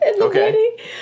Okay